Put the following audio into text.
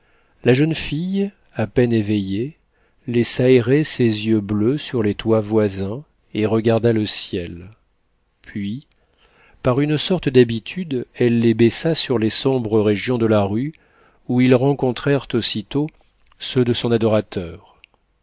la jeune fille à peine éveillée laissa errer ses yeux bleus sur les toits voisins et regarda le ciel puis par une sorte d'habitude elle les baissa sur les sombres régions de la rue où ils rencontrèrent aussitôt ceux de son adorateur